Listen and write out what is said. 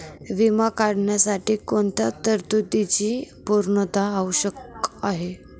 विमा काढण्यासाठी कोणत्या तरतूदींची पूर्णता आवश्यक आहे?